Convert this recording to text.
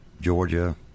Georgia